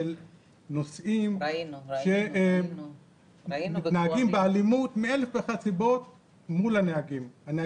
של נוסעים שמתנהגים באלימות מול הנהגים מאלף ואחת סיבות.